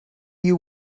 you